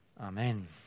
Amen